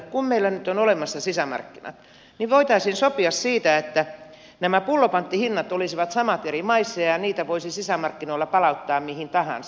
kun meillä nyt on olemassa sisämarkkinat niin voitaisiin sopia siitä että nämä pullopanttihinnat olisivat samat eri maissa ja niitä pulloja voisi sisämarkkinoilla palauttaa mihin tahansa